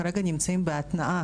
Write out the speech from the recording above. כרגע נמצאים בהתנעה,